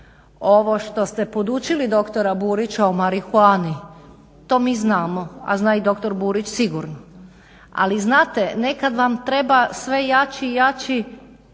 Ovo što ste podučili doktora Burića o marihuani, to mi znamo, a zna i doktor Burić sigurno. Ali znate, nekad vam treba sve jači i jači